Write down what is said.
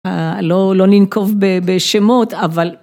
לא לא ננקוב בשמות אבל.